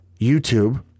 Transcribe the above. YouTube